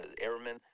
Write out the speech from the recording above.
airmen